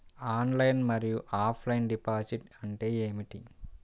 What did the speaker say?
Online మరియు offline deposit అంటే ఏమిటి?